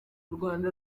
rwanda